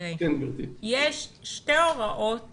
יש שתי הוראות